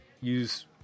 use